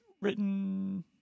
written